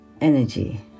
energy